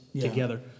together